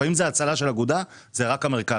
לפעמים זאת הצלה של אגודה זה רק המרכז,